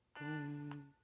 boom